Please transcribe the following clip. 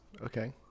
Okay